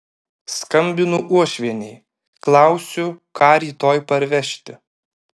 skambinu uošvienei klausiu ką rytoj parvežti